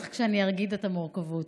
בטח כשאני אגיד את המורכבות.